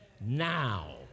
now